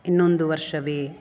ಇನ್ನೊಂದು ವರ್ಷವೇ